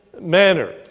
manner